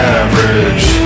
average